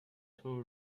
two